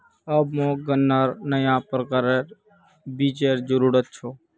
अब मोक गन्नार नया प्रकारेर बीजेर जरूरत छ